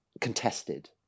contested